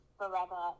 forever